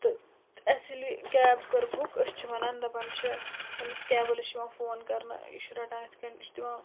تہٕ اسہِ ییٚلہِ یہِ کیب کٔر بُک أسۍ چھِ وَنان دَپان چھِ أمِس کیب وٲلِس چھُ یوان فون کَرنہٕ یہِ چھُ رَٹان یِتھ کٔنۍ یہِ چھُ دِوان